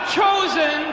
chosen